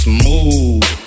Smooth